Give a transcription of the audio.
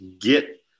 get